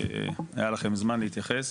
היה לכם זמן להתייחס,